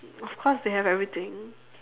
of course they have everything